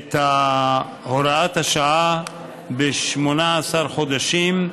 את הוראת השעה ב-18 חודשים,